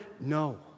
No